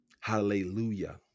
Hallelujah